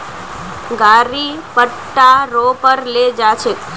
गाड़ी पट्टा रो पर ले जा छेक